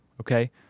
okay